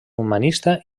humanista